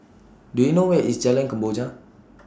Do YOU know Where IS Jalan Kemboja